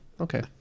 Okay